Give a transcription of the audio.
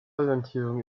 orientierung